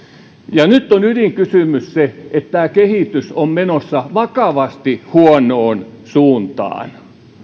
ja nyt on ydinkysymys se että tämä kehitys on menossa vakavasti huonoon suuntaan